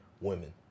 women